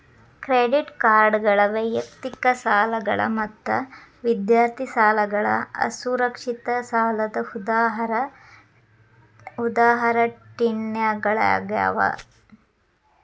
credit ಕಾರ್ಡ್ಗಳ ವೈಯಕ್ತಿಕ ಸಾಲಗಳ ಮತ್ತ ವಿದ್ಯಾರ್ಥಿ ಸಾಲಗಳ ಅಸುರಕ್ಷಿತ ಸಾಲದ್ ಉದಾಹರಣಿಗಳಾಗ್ಯಾವ